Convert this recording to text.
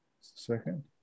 second